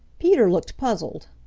peter looked puzzled.